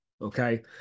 Okay